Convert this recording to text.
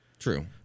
True